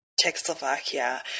Czechoslovakia